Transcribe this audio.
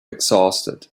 exhausted